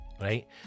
right